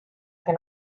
can